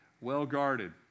well-guarded